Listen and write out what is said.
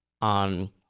on